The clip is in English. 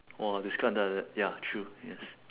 !wah! describe until like that ya true yes